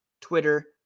Twitter